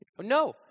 No